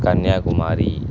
Kanyakumari